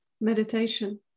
Meditation